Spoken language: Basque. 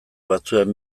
batzuen